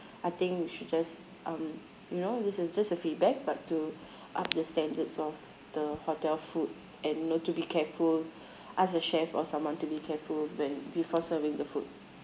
I think you should just um you know this is just a feedback but to up the standards of the hotel food and know to be careful ask the chef or someone to be careful when before serving the food